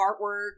artwork